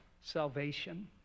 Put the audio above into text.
salvation